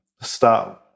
start